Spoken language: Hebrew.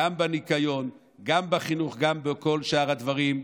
גם בניקיון, גם בחינוך, גם בכל שאר הדברים.